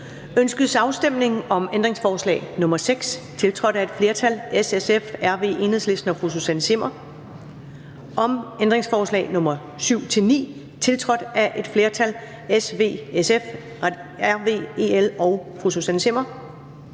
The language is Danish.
Ønskes afstemning om ændringsforslag nr. 6, tiltrådt af et flertal (S, SF, RV, EL og Susanne Zimmer (UFG)), om ændringsforslag nr. 7-9, tiltrådt af et flertal (S, V, SF, RV, EL og Susanne Zimmer